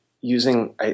using –